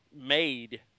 made